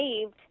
saved